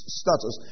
status